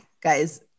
guys